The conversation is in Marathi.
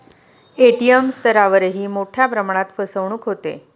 ए.टी.एम स्तरावरही मोठ्या प्रमाणात फसवणूक होते